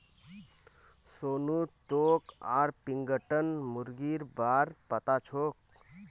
सोनू तोक ऑर्पिंगटन मुर्गीर बा र पता छोक